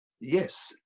Yes